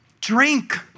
drink